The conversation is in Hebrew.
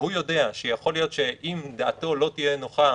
והוא יודע שיכול להיות שאם דעתו לא תהיה נוחה,